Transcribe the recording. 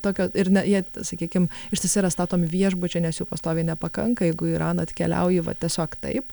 tokio ir ne jie sakykim ištisai yra statomi viešbučiai nes jų pastoviai nepakanka jeigu į iraną atkeliauji va tiesiog taip